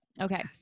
Okay